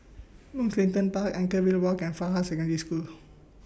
Mugliston Park Anchorvale Walk and Fajar Secondary School